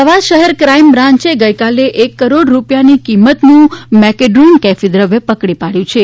અમદાવાદ શહેર ક્રાઇમ બ્રાંચે ગઈકાલે એક કરોડ રૂપિયાની કિંમતનું મેકેડ્રોન કેફી દ્રવ્ય પકડી પાડ્યું છે